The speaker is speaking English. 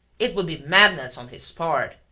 it would be madness on his part!